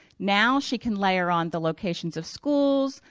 now she can layer on the locations of schools,